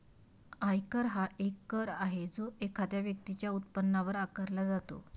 आयकर हा एक कर आहे जो एखाद्या व्यक्तीच्या उत्पन्नावर आकारला जातो